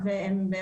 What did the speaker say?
כל הדברים שציינת,